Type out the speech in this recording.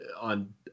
on